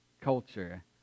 culture